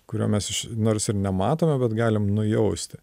kurio mes nors ir nematome bet galim nujausti